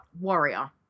Warrior